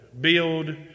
build